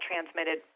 transmitted